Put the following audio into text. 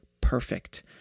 perfect